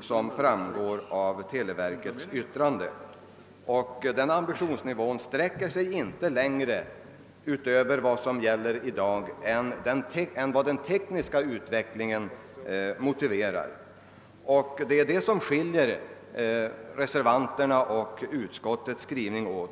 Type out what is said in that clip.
som återspeglas i televerkets yttrande, och den ambitionsnivån sträcker sig inte längre än vad den tekniska utvecklingen motiverar. Det är detta som skiljer reservanternas och utskottsmajoritetens skrivning.